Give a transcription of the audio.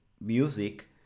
music